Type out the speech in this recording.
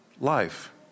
life